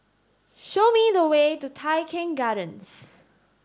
show me the way to Tai Keng Gardens